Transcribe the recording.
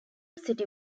city